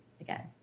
again